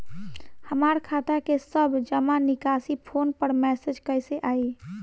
हमार खाता के सब जमा निकासी फोन पर मैसेज कैसे आई?